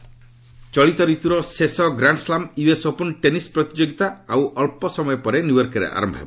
US Open ଚଳିତ ଋତୁର ଶେଷ ଗ୍ଲାଣ୍ଡସ୍ଲାମ ୟୁଏସ୍ ଓପନ ଟେନିସ ପ୍ରତିଯୋଗିତା ଆଉ ଅଞ୍ଚସମୟ ପରେ ନ୍ୟୁୟର୍କରେ ଆରମ୍ଭ ହେବ